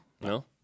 No